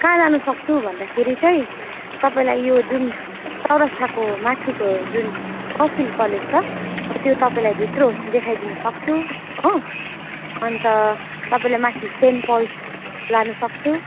कहाँ लानु सक्छु भन्दाखेरि चाहिँ तपाईँलाई यो जुन चौरस्ताको माथिको जुन साउथफिल्ड कलेज छ हो त्यो तपाईँलाई भित्र देखाइदिनुसक्छु हो अन्त तपाईँलाई माथि सेन्ट पल्स लानु सक्छु